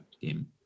game